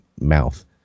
mouth